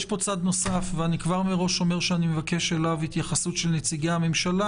יש פה צד נוסף ואני כבר מראש אומר שאני אבקש התייחסות של נציגי הממשלה.